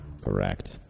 Correct